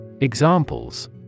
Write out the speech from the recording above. Examples